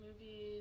movies